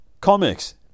Comics